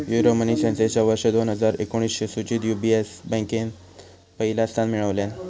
Euromoney संस्थेच्या वर्ष दोन हजार एकोणीसच्या सुचीत यू.बी.एस बँकेन पहिला स्थान मिळवल्यान